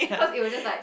cause it was just like